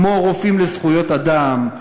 כמו "רופאים לזכויות אדם",